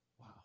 Wow